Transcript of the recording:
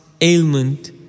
ailment